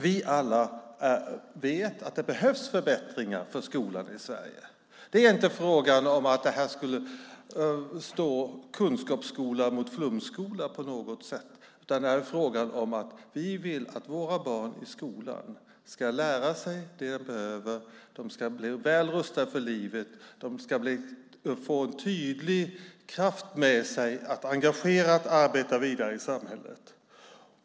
Vi alla vet att det behövs förbättringar för skolan i Sverige. Det är inte fråga om att kunskapsskola ska stå mot flumskola på något sätt, utan här är det fråga om att vi vill att våra barn i skolan ska lära sig det som de behöver, att de ska bli väl rustade för livet och få en tydlig kraft med sig att engagerat arbeta vidare i samhället.